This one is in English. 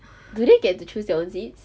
do they get to choose their own seats